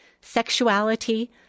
sexuality